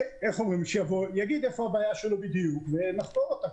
שיבוא ויגיד היכן הבעיה שלו בדיוק ונחקור אותה,